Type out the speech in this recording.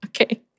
Okay